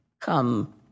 come